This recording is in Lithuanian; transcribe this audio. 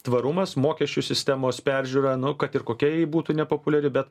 tvarumas mokesčių sistemos peržiūra nu kad ir kokia ji būtų nepopuliari bet